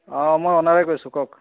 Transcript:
অ মই অওনাৰে কৈছোঁ কওক